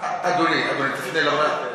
כיוון שהוא פנה אלי אני רוצה לדבר אתך.